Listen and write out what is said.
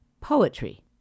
poetry